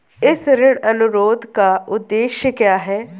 इस ऋण अनुरोध का उद्देश्य क्या है?